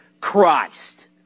Christ